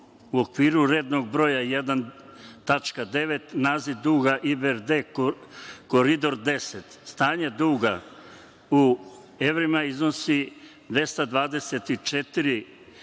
u okviru rednog broja 1, tačka 9) naziv duga IBRD Koridor 10, stanje duga u evrima iznosi 224